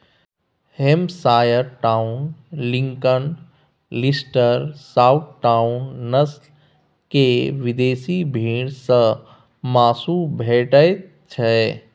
Hampshire town, Lincoln, Leicester, south town, नस्ल केर विदेशी भेंड़ सँ माँसु भेटैत छै